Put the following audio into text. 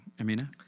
Amina